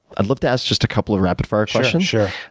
i'd love to ask just a couple of rapid fire questions. sure,